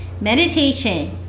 meditation